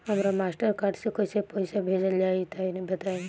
हमरा Mastercard से कइसे पईसा भेजल जाई बताई?